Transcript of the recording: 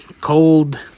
cold